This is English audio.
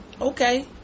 okay